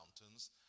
mountains